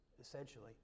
essentially